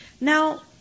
Now